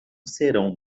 serão